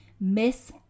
Miss